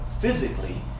physically